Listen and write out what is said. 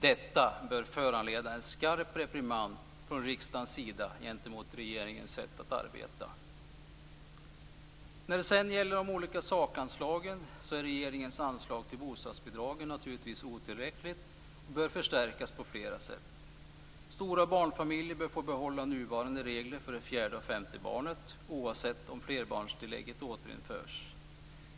Detta bör föranleda en skarp reprimand från riksdagens sida mot regeringens sätt att arbeta. När det sedan gäller de olika sakanslagen är regeringens anslag till bostadsbidragen naturligtvis otillräckligt. Det bör förstärkas på flera sätt. Stora barnfamiljer bör få behålla nuvarande regler för det fjärde och femte barnet oavsett om flerbarnstillägget återinförs eller inte.